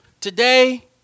Today